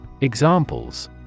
Examples